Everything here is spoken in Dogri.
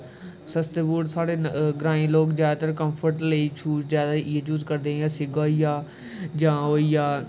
सस्ते बूट साढ़े ग्रांई लोक जैदातर कम्फट लेई जैदा इ'यै शूज यूज करदे जि'यां सेगा होई गेआ जां ओह् होई गेआ